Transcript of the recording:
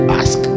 ask